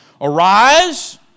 Arise